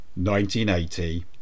1980